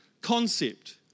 concept